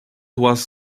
was